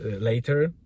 later